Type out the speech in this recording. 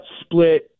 split